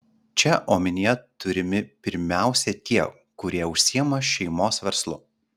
čia omenyje turimi pirmiausia tie kurie užsiima šeimos verslu